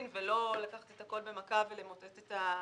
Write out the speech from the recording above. ולא לקחת את הכול בבת אחת ולמוטט את הגמ"ח.